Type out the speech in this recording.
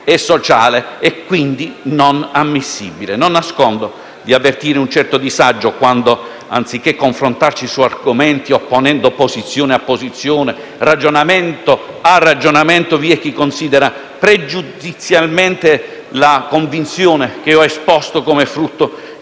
e sociale, e quindi non ammissibile. Non nascondo di avvertire un certo disagio quando, anziché confrontarci su argomenti opponendo posizione a posizione, ragionamento a ragionamento, vi è chi considera pregiudizialmente la convinzione che ho esposto come frutto di